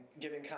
giving